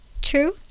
True